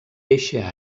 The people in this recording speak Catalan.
eixe